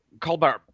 Colbert